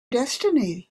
destiny